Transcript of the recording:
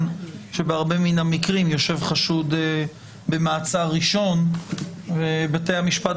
שבהרבה מן המקרים יושב חשוד במעצר ראשון ובתי המשפט,